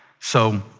so,